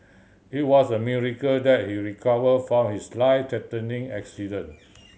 it was a miracle that he recovered from his life threatening accident